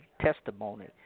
testimony